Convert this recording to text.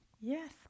Yes